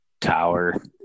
tower